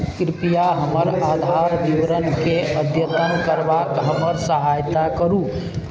कृपया हमर आधार विवरणकेँ अद्यतन करबाक हमर सहायता करू